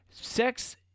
Sex